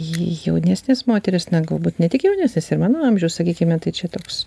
jaunesnės moterys na galbūt ne tik jaunesnės ir mano amžiaus sakykime tai čia toks